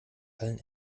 allen